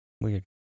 Weird